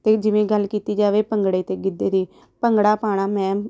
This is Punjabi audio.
ਅਤੇ ਜਿਵੇਂ ਗੱਲ ਕੀਤੀ ਜਾਵੇ ਭੰਗੜੇ ਅਤੇ ਗਿੱਧੇ ਦੀ ਭੰਗੜਾ ਪਾਉਣਾ ਮੈਂ